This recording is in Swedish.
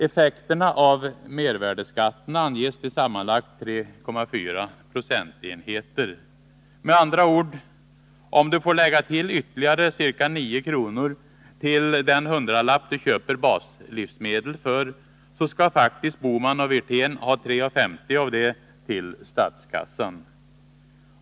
Effekterna av mervärdeskatten anges till sammanlagt 3,4 procentenheter. Med andra ord: Om du får lägga till ytterligare ca 9 kr. till den hundralapp du köper baslivsmedel för, så skall faktiskt herrar Bohman och Wirtén ha 3:50 av detta till statskassan.